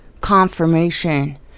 confirmation